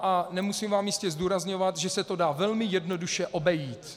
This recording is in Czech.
A nemusím vám jistě zdůrazňovat, že se to dá velmi jednoduše obejít.